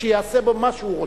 שיעשה בה מה שהוא רוצה.